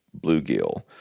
bluegill